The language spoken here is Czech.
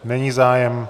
Není zájem.